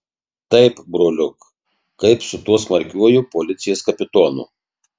taip broliuk kaip su tuo smarkiuoju policijos kapitonu